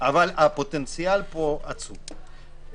אבל הפוטנציאל פה עצום.